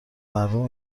مردم